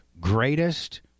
greatest